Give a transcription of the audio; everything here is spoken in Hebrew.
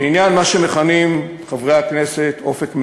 לעניין מה שמכנים חברי הכנסת "אופק מדיני",